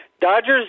Dodgers